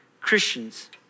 Christians